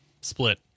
split